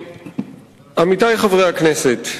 גברתי היושבת-ראש, עמיתי חברי הכנסת,